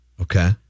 Okay